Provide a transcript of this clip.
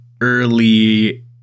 early